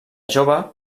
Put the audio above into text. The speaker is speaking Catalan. jove